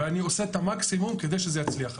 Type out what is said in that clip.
ואני עושה את המקסימום כדי שזה יצליח.